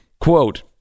Quote